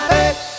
Hey